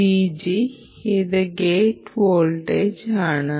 Vg ഇത് gate voltage ആണ്